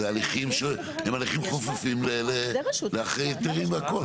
זה הליכים שהם הליכים חופפים לאחרי היתרים והכל.